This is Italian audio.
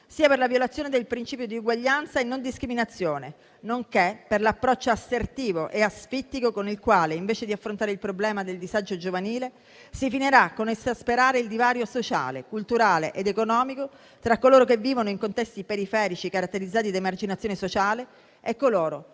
sia per la violazione del principio di uguaglianza e non discriminazione, nonché per l'approccio assertivo e asfittico con il quale, invece di affrontare il problema del disagio giovanile, si finirà con esasperare il divario sociale, culturale ed economico tra coloro che vivono in contesti periferici caratterizzati da emarginazione sociale e coloro